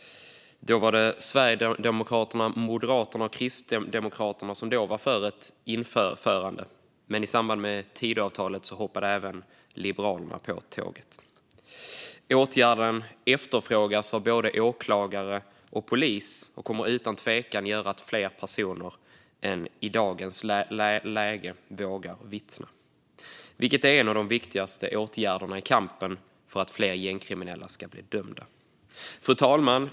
Då var det Sverigedemokraterna, Moderaterna och Kristdemokraterna som var för ett införande, men i samband med Tidöavtalet hoppade även Liberalerna på tåget. Åtgärden efterfrågas av både åklagare och polis och kommer utan tvekan att göra att fler personer än i dag vågar vittna, vilket är en av de viktigaste åtgärderna i kampen för att fler gängkriminella ska bli dömda. Fru talman!